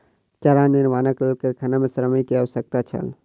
चारा निर्माणक लेल कारखाना मे श्रमिक के आवश्यकता छल